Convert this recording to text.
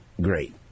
great